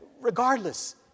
regardless